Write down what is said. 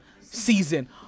season